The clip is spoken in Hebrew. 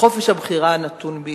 חופש הבחירה נתון בידיהם,